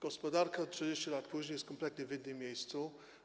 Gospodarka 30 lat później jest w kompletnie innym miejscu.